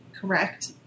correct